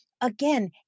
again